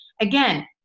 Again